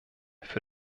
für